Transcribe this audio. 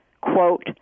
quote